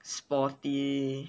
sporty